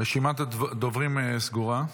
רשימת הדוברים סגורה.